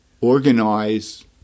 organize